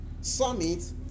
summit